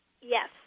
Yes